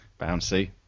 Bouncy